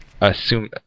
assume